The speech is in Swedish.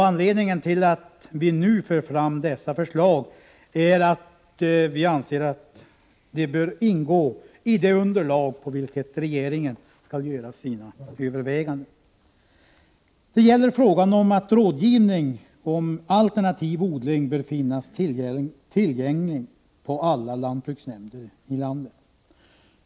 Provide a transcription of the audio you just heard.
Anledningen till att vi nu för fram dessa förslag är att vi anser att de bör ingå i det underlag på vilket regeringen skall göra sina överväganden. Vi anser att rådgivning om alternativ odling bör finnas tillgänglig på alla lantbruksnämnder i landet.